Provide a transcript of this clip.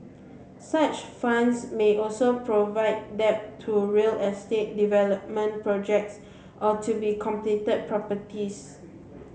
such funds may also provide debt to real estate development projects or to completed properties